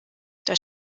das